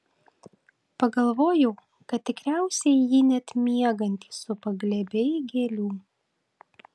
pagalvojau kad tikriausiai jį net miegantį supa glėbiai gėlių